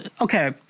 okay